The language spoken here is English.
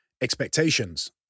Expectations